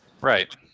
Right